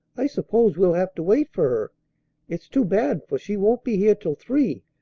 i suppose we'll have to wait for it's too bad, for she won't be here till three,